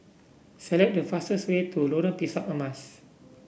select the fastest way to Lorong Pisang Emas